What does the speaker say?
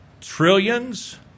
trillions